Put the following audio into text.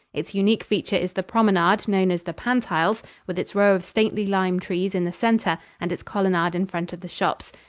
its unique feature is the promenade, known as the pantiles, with its row of stately lime trees in the center and its colonade in front of the shops.